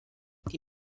die